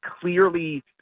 clearly